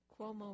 Cuomo